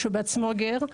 שהוא בעצמו גר,